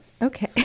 Okay